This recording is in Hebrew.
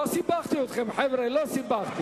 לא סיבכתי אתכם, חבר'ה, לא סיבכתי.